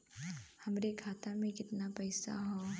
हमरे खाता में कितना पईसा हौ?